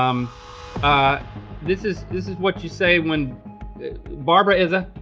um ah this is this is what you say when barbara is a.